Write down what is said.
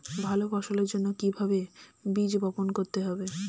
ভালো ফসলের জন্য কিভাবে বীজ বপন করতে হবে?